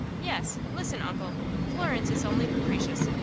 yes. listen, uncle florence is only capricious,